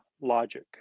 logic